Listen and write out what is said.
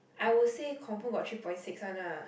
I would say confirm got three point six one lah